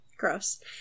gross